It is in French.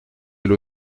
elle